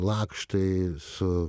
lakštai su